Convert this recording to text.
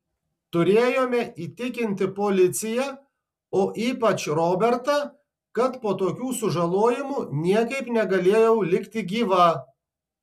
turėjome įtikinti policiją o ypač robertą kad po tokių sužalojimų niekaip negalėjau likti gyva